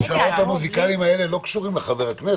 אבל הכיסאות המוזיקליים האלה לא קשורים לחבר הכנסת.